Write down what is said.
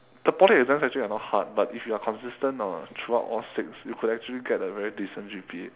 the poly exams actually are not hard but if you are consistent uh throughout all six you could actually get a very decent G_P_A